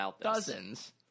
dozens